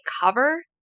cover